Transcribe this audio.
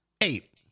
Eight